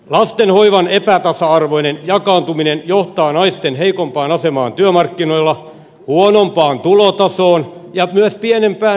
lasten hoivan epätasa arvoinen jakaantuminen johtaa naisten heikompaan asemaan työmarkkinoilla huonompaan tulotasoon ja myös pienempään eläkkeeseen